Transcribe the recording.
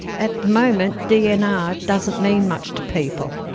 at the moment, dnr doesn't mean much to people.